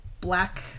black